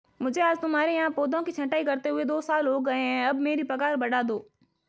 मुझे आज तुम्हारे यहाँ पौधों की छंटाई करते हुए दो साल हो गए है अब मेरी पगार बढ़ा दो